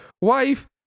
wife